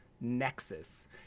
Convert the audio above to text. nexus